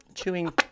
Chewing